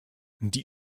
die